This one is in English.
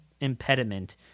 impediment